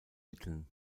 mitteln